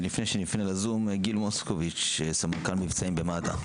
גיל מוסקוביץ', סמנכ"ל מבצעים במד"א.